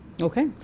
okay